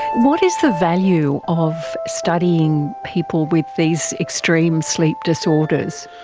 what is the value of studying people with these extreme sleep disorders?